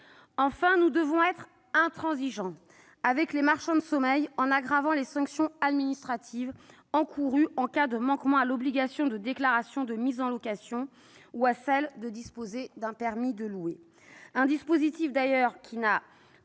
Enfin, nous devons être intransigeants avec les marchands de sommeil en aggravant les sanctions administratives encourues en cas de manquement à l'obligation de déclaration de mise en location ou à celle de disposer d'un « permis de louer »- un dispositif qui n'a